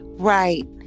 right